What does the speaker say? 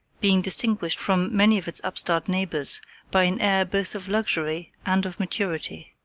being distinguished from many of its upstart neighbors by an air both of luxury and of maturity.